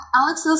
Alex